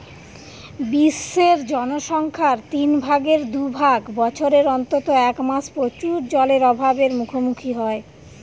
বিশ্বের জনসংখ্যার তিন ভাগের দু ভাগ বছরের অন্তত এক মাস প্রচুর জলের অভাব এর মুখোমুখী হয়